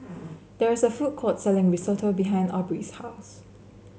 there is a food court selling Risotto behind Aubrie's house